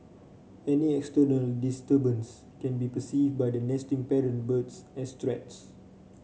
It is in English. any external disturbance can be perceived by the nesting parent birds as threats